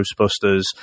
ghostbusters